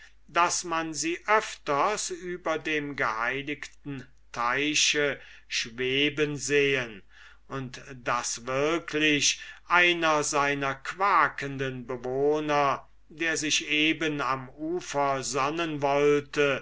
daß man sie öfters über dem geheiligten teiche schweben und wirklich einen seiner quakenden bewohner der sich eben am ufer sonnen wollte